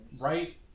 Right